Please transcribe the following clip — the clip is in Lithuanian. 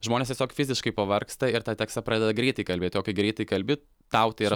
žmonės tiesiog fiziškai pavargsta ir tą tekstą pradeda greitai kalbėti o kai greitai kalbi tau tai yra